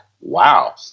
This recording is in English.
Wow